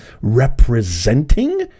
representing